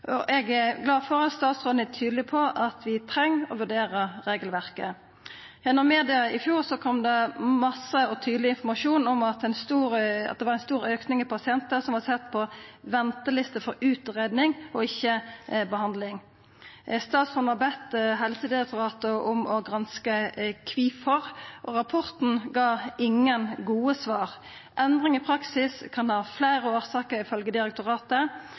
våre. Eg er glad for at statsråden er tydeleg på at vi treng å vurdera regelverket. Gjennom media kom det i fjor masse og tydeleg informasjon om at det var ein stor auke i talet på pasientar som vart sette på venteliste for utgreiing og ikkje for behandling. Statsråden bad Helsedirektoratet om å granska kvifor, og rapporten ga ingen gode svar. Endring i praksis kan ha fleire årsaker, ifølgje direktoratet.